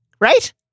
right